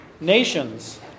nations